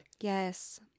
Yes